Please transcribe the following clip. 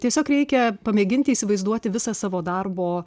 tiesiog reikia pamėginti įsivaizduoti visą savo darbo